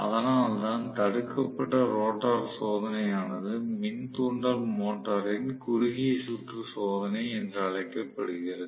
அதனால்தான் தடுக்கப்பட்ட ரோட்டார் சோதனை ஆனது மின் தூண்டல் மோட்டரின் குறுகிய சுற்று சோதனை என்று அழைக்கப்படுகிறது